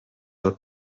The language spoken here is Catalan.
del